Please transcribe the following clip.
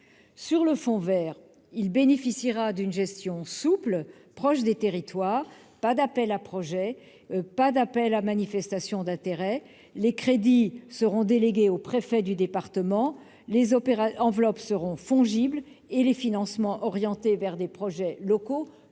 au fonds vert, il bénéficiera d'une gestion souple, proche des territoires, sans appel à projets ni à manifestation d'intérêt. Les crédits seront délégués au préfet du département, les enveloppes seront fongibles et les financements orientés vers des projets locaux soutenus